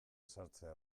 sartzea